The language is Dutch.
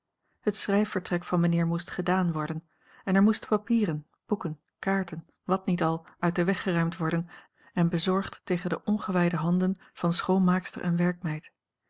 het schrijfvertrek van mijnheer moest gedaan worden en er moesten papieren boeken kaarten wat niet al uit den weg geruimd worden en bezorgd tegen de ongewijde handen van schoonmaakster en werkmeid